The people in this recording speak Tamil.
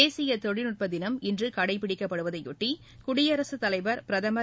தேசிய தொழில்நுட்ப தினம் இன்று கடைபிடிக்கப்படுவதையொட்டி குடியரசுத் தலைவர் பிரதமர்